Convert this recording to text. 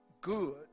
good